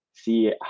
see